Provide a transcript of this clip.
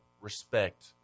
respect